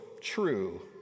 true